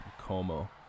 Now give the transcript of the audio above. Como